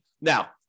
Now